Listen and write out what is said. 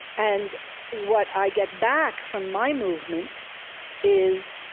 and what i get back from my movement is